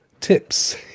Tips